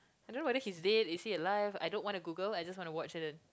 and then whether he's dead is he alived I don't want to Google I just want to watch it